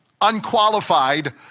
unqualified